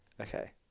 Okay